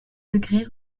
degrés